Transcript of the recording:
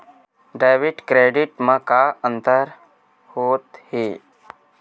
Debit credit मा का अंतर होत हे?